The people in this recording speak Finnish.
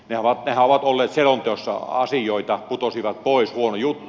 nehän ovat olleet selonteossa asioita putosivat pois huono juttu